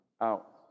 out